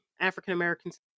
African-Americans